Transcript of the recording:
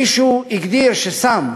מישהו הגדיר שסם,